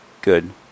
good